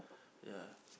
ya